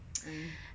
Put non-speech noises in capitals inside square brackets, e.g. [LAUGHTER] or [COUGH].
[NOISE]